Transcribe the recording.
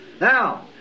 Now